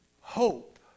hope